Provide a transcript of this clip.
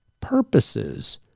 purposes